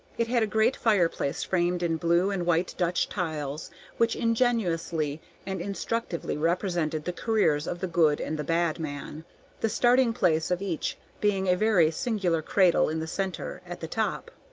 it had a great fireplace framed in blue and white dutch tiles which ingeniously and instructively represented the careers of the good and the bad man the starting-place of each being a very singular cradle in the centre at the top.